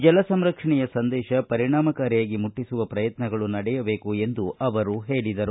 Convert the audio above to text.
ಜಲ ಸಂರಕ್ಷಣೆಯ ಸಂದೇಶ ಪರಿಣಾಮಕಾರಿಯಾಗಿ ಮುಟ್ಟಿಸುವ ಪ್ರಯತ್ನಗಳು ನಡೆಯಬೇಕು ಎಂದು ಅವರು ಹೇಳಿದರು